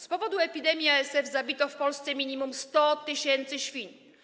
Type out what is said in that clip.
Z powodu epidemii ASF zabito w Polsce minimum 100 tys. świń.